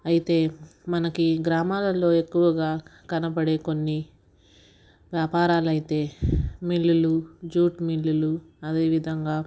అయితే మనకి గ్రామాలలో ఎక్కువగా కనబడే కొన్ని వ్యాపారాలైతే మిల్లులు జ్యూట్ మిల్లులు అదేవిధంగా